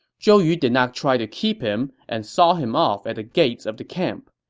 zhou yu did not try to keep him and saw him off at the gates of the camp.